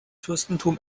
fürstentum